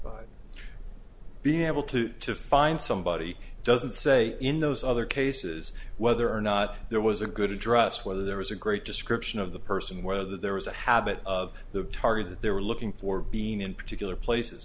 by being able to to find somebody doesn't say in those other cases whether or not there was a good address whether there was a great description of the person whether there was a habit of the target that they were looking for being in particular places